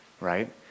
right